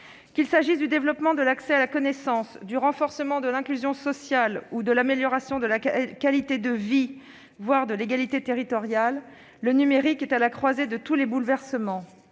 Qu'il s'agisse du développement de l'accès à la connaissance, du renforcement de l'inclusion sociale ou de l'amélioration de la qualité de vie, voire de l'égalité territoriale, le numérique est à la croisée de tous les bouleversements.